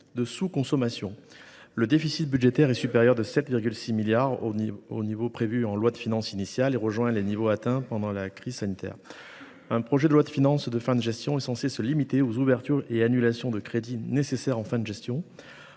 de sous consommation. En outre, le déficit budgétaire est supérieur de 7,6 milliards d’euros à ce qui était prévu en loi de finances initiale et rejoint les niveaux de la crise sanitaire. Un projet de loi de finances de fin de gestion est censé se limiter aux ouvertures et annulations de crédits nécessaires en fin de gestion.